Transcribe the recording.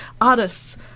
artists